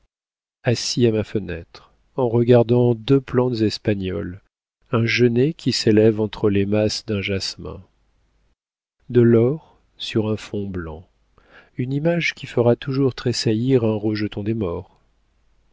assis à ma fenêtre en regardant deux plantes espagnoles un genêt qui s'élève entre les masses d'un jasmin de l'or sur un fond blanc une image qui fera toujours tressaillir un rejeton des maures